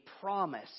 promise